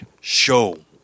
show